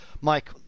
Mike